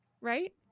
right